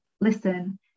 Listen